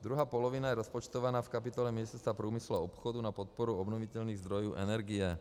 Druhá polovina je rozpočtovaná v kapitole Ministerstva průmyslu a obchodu na podporu obnovitelných zdrojů energie.